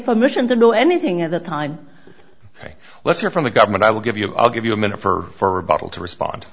permission to do anything at that time ok let's hear from the government i will give you i'll give you a minute for rebuttal to respond